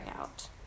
out